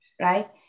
right